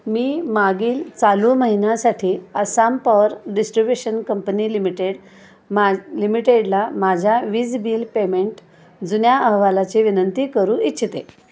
मी मागील चालू महिन्यासाठी Assam Power Distribution Company Limited मा लिमिटेडला माझ्या वीज बिल पेमेंट जुन्या अहवालाचे विनंती करू इच्छिते